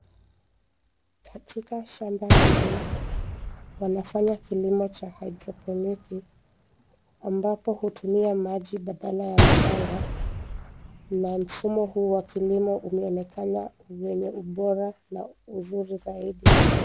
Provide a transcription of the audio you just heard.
Katika shamba hili, wanafanya kilimo cha haidrofoniki, ambapo hutumia maji badala ya mchanga. Na mfumo huu wa kilimo unaonekana wenye ubora na uzuri zaidi.